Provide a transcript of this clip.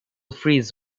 freeze